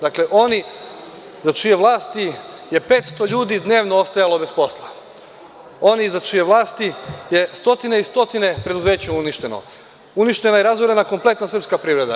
Dakle, oni za čije vlasti je 500 ljudi dnevno ostajalo bez posla, oni za čije vlasti je stotine i stotine preduzeća uništeno, uništena je i razorena kompletna srpska privreda.